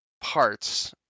parts